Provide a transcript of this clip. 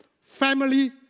family